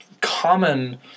common